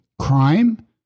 crime